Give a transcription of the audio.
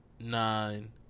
nine